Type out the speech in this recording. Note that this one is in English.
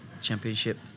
championship